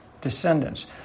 descendants